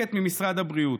מנותקת ממשרד הבריאות: